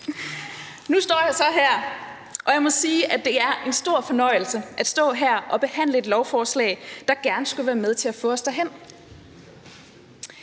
Nu står jeg så her, og jeg må sige, at det er en stor fornøjelse at stå her og behandle et lovforslag, der gerne skulle være med til at få os derhen.